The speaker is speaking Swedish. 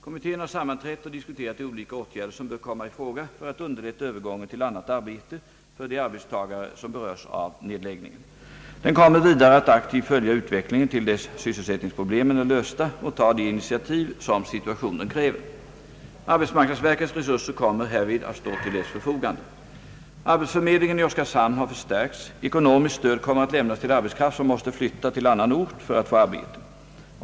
Kommittén har sammanträtt och diskuterat de olika åtgärder som bör komma i fråga för att underlätta övergången till arnat arbete för de arbetstagare som berörs av nedläggningen. Den kommer vidare att aktivt följa utvecklingen till dess sysselsättningsproblemen är lösta och ta de initiativ som situationen kräver. Arbetsmarknadsverkets resurser kommer härvid att stå till dess förfogande. Arbetsförmedlingen i Oskarshamn har förstärkts. Ekonomiskt stöd kommer att lämnas till arbetskraft som måste flytta till annan ort för att få arbete.